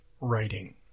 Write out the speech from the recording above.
writing